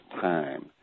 time